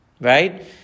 Right